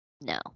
No